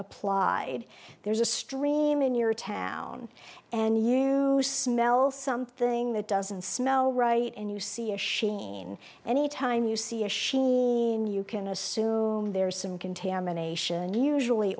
applied there's a stream in your tap on and you smell something that doesn't smell right and you see a sheen any time you see if she can assume there is some contamination usually